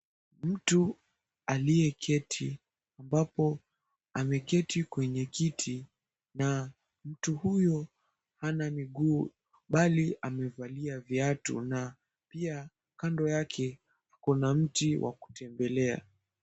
Mtu aliyeketi, ambapo ameketi kwenye kiti. Na mtu huyo hana miguu, bali amevalia viatu. Na pia kando yake kuna mti wa kutembelea.